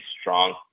strong